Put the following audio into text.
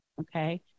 Okay